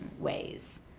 ways